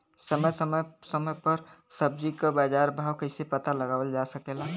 समय समय समय पर सब्जी क बाजार भाव कइसे पता लगावल जा सकेला?